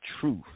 truth